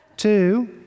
two